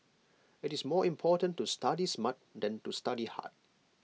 IT is more important to study smart than to study hard